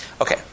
Okay